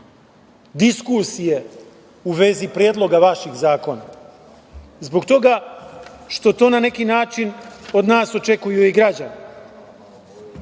diskusije u vezi predloga vaših zakona, zbog toga što to na neki način od nas očekuju i građani. Hajde